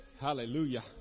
Hallelujah